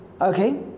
okay